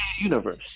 universe